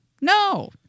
No